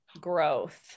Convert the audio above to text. growth